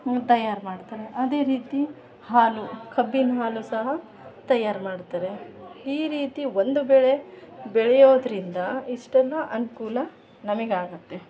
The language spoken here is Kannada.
ಹ್ಞೂ ತಯಾರು ಮಾಡ್ತಾರೆ ಅದೇ ರೀತಿ ಹಾಲು ಕಬ್ಬಿನ ಹಾಲು ಸಹ ತಯಾರು ಮಾಡ್ತಾರೆ ಈ ರೀತಿ ಒಂದು ಬೆಳೆ ಬೆಳೆಯೋದ್ರಿಂದ ಇಷ್ಟೆಲ್ಲ ಅನುಕೂಲ ನಮಗ್ ಆಗುತ್ತೆ